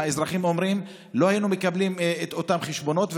האזרחים אומרים: לא היינו מקבלים את אותם חשבונות,